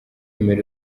emery